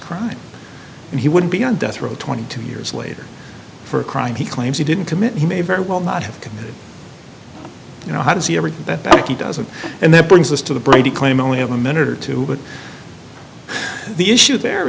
crime and he would be on death row twenty two years later for a crime he claims he didn't commit he may very well not have committed you know how does he ever do that becky doesn't and that brings us to the brady claim only have a minute or two but the issue there